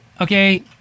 okay